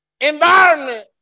environment